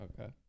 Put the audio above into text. Okay